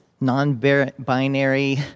non-binary